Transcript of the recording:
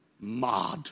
mad